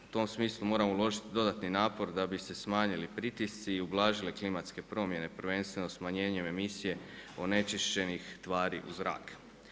U tom smislu moramo uložiti dodatni napor da bi se smanjili pritisci i ublažile klimatske promjene, prvenstveno smanjenjem emisije onečišćenih tvari u zrak.